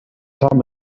urim